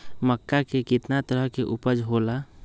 मक्का के कितना तरह के उपज हो ला?